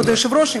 כבוד היושב-ראש,